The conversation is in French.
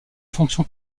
fonction